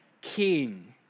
King